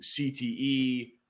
CTE